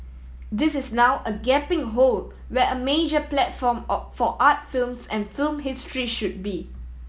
this is now a gaping hole where a major platform or for art films and film history should be